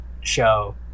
show